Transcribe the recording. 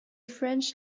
french